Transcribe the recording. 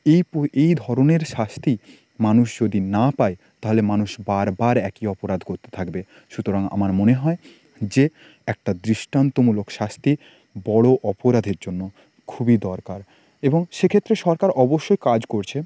এই পো এই ধরনের শাস্তি মানুষ যদি না পায় তাহলে মানুষ বার বার একই অপরাধ করতে থাকবে সুতরাং আমার মনে হয় যে একটা দৃষ্টান্তমূলক শাস্তি বড়ো অপরাধের জন্য খুবই দরকার এবং সেক্ষেত্রে সরকার অবশ্যই কাজ করছে